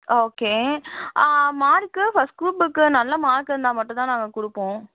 okay mark first குரூப்புக்கு நல்ல mark இருந்தால் மட்டும் தான் நாங்கள் கொடுப்போம்